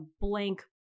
blank